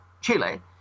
Chile